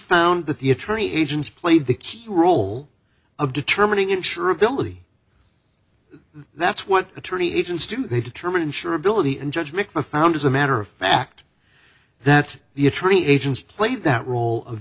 found that the attorney agents played the key role of determining insurability that's what attorney agents do they determine insurability and judge mikva found as a matter of fact that the attorney agent's played that role of